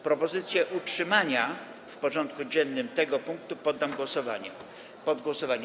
Propozycję utrzymania w porządku dziennym tego punktu poddam pod głosowanie.